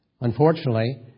Unfortunately